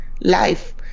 life